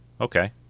Okay